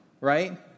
right